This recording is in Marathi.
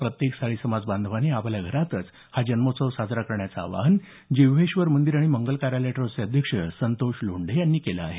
प्रत्येक साळी समाज बांधवांनी आपापल्या घरातच हा जन्मोत्सव साजरा करण्याचं आवाहन जिव्हेश्वर मंदिर आणि मंगल कार्यालय ट्स्टचे अध्यक्ष संतोष लोंढे यांनी केलं आहे